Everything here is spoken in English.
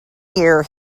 year